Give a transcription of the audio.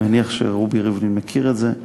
אני מניח שרובי ריבלין מכיר את זה,